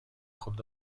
خود